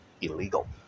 illegal